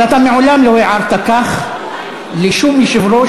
אבל אתה מעולם לא הערת כך לשום יושב-ראש